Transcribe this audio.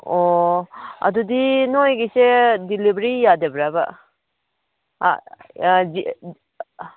ꯑꯣ ꯑꯗꯨꯗꯤ ꯅꯣꯏꯒꯤꯁꯦ ꯗꯤꯂꯤꯕꯔꯤ ꯌꯥꯗꯕ꯭ꯔꯥꯕ